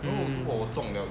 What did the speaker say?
mm